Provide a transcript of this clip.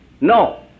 No